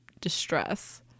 distress